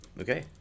Okay